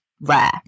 rare